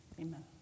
Amen